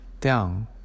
down